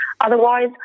Otherwise